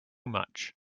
much